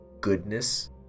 goodness